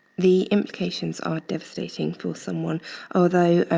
the implications are devastating for someone although